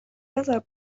بزار